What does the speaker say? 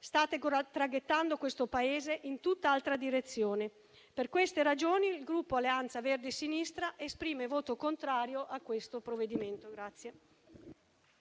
state traghettando questo Paese in tutt'altra direzione. Per queste ragioni, il Gruppo Alleanza Verdi e Sinistra esprime voto contrario a al provvedimento